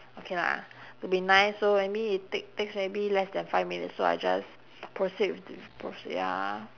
okay lah to be nice so maybe it take takes maybe less than five minutes so I just proceed with t~ proceed ya